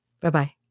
Bye-bye